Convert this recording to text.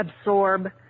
absorb